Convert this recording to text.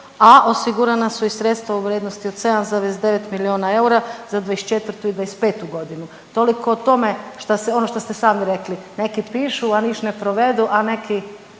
a osigurana su i sredstva od 7,9 milijuna eura za 2024. i 2025. godinu. Toliko o tome ono što ste sami rekli, neki pišu a niš ne provedu, a neki